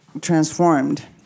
transformed